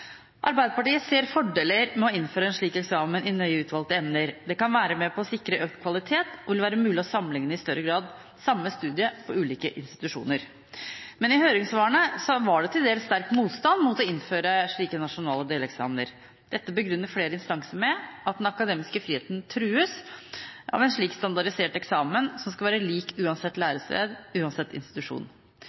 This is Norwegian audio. Arbeiderpartiet ser fordeler med å innføre en slik eksamen i nøye utvalgte emner. Det kan være med på å sikre økt kvalitet, og det vil være mulig å sammenligne i større grad samme studie på ulike institusjoner. Men i høringssvarene var det til dels sterk motstand mot å innføre slike nasjonale deleksamener. Dette begrunner flere instanser med at den akademiske friheten trues av en slik standardisert eksamen som skal være lik uansett lærested og institusjon.